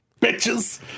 bitches